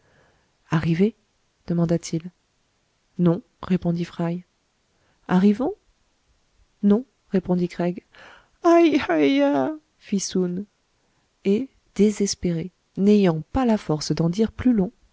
arrivés demanda-t-il non répondit fry arrivons non répondit craig ai ai ya fit soun et désespéré n'ayant pas la force d'en dire plus long